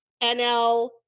NL